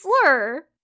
slur